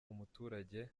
umuturage